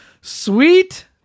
Sweet